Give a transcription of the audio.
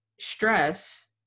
stress